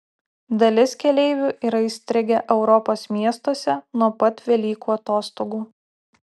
dalis keleivių yra įstrigę europos miestuose nuo pat velykų atostogų